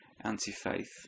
anti-faith